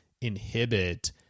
inhibit